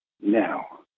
now